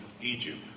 Egypt